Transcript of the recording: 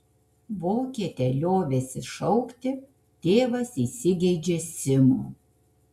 vokietę liovęsis šaukti tėvas įsigeidžia simo